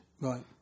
Right